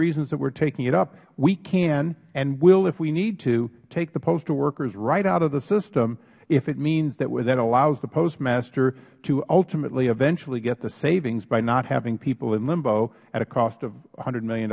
reasons that we are taking it up we can and will if we need to take the postal workers right out of the system if it means that that allows the postmaster to ultimately eventually get the savings by not having people in limbo at a cost of one hundred